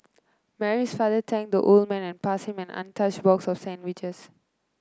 Mary's father thanked the old man and passed him an untouched box of sandwiches